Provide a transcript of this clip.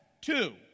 two